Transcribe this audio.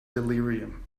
delirium